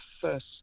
first